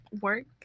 work